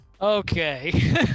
Okay